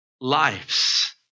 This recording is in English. lives